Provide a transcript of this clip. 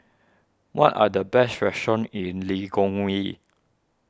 what are the best restaurants in Lilongwe